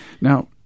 Now